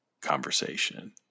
conversation